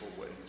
ways